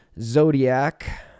Zodiac